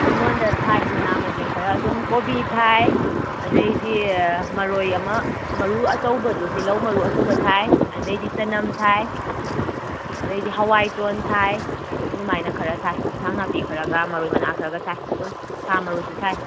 ꯏꯪꯈꯣꯟꯗ ꯊꯥꯏ ꯃꯅꯥ ꯃꯁꯤꯡ ꯈꯔ ꯑꯗꯨꯝ ꯀꯣꯕꯤ ꯊꯥꯏ ꯑꯗꯩꯗꯤ ꯃꯔꯣꯏ ꯑꯃ ꯃꯔꯨ ꯑꯆꯧꯕꯗꯣ ꯊꯤꯜꯍꯧ ꯃꯔꯨ ꯑꯆꯧꯕ ꯊꯥꯏ ꯑꯗꯩꯗꯤ ꯆꯅꯝ ꯊꯥꯏ ꯑꯗꯩꯗꯤ ꯍꯋꯥꯏꯇꯣꯟ ꯊꯥꯏ ꯑꯗꯨꯃꯥꯏꯅ ꯈꯔ ꯊꯥꯏ ꯏꯟꯁꯥꯡ ꯅꯥꯥꯄꯤ ꯈꯔꯒ ꯃꯔꯣꯏ ꯃꯅꯥ ꯈꯔꯒ ꯊꯥꯏ ꯑꯗꯨꯝ ꯁꯥ ꯃꯔꯣꯏꯁꯨ ꯊꯥꯏ